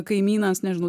kaimynas nežinau